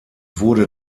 wurde